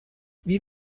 wie